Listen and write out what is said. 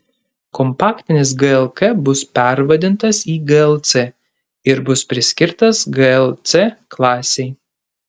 kompaktinis glk bus pervadintas į glc ir bus priskirtas gl c klasei